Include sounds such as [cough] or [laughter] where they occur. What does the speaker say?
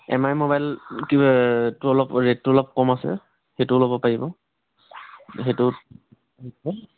M I ম'বাইলটো টো অলপ ৰে'টটো অলপ কম আছে সেইটোও ল'ব পাৰিব সেইটো [unintelligible]